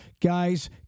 guys